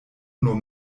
nur